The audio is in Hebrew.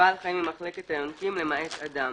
בעל חיים ממחלקת היונקים, למעט אדם,